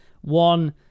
one